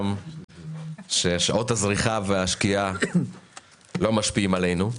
ששעות הזריחה והשקיעה לא משפיעות עלינו.